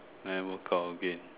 then workout again